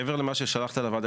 מעבר למה ששלחת לוועדה,